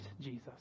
Jesus